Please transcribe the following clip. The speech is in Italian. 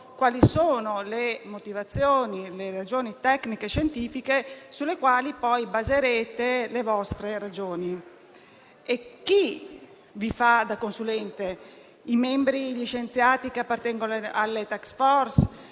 quali siano le motivazioni e le ragioni tecnico-scientifiche sulle quali poi baserete le vostre decisioni. Chi vi fa da consulente, i membri licenziati che appartengono alle *task force*